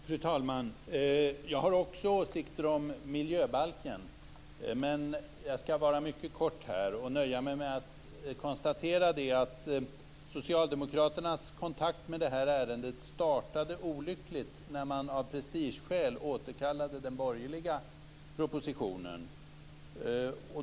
Fru talman! Jag har också åsikter om miljöbalken, men jag skall fatta mig mycket kort och nöja mig med att konstatera att socialdemokraternas kontakt med det här ärendet startade olyckligt när man av prestigeskäl återkallade den borgerliga propositionen.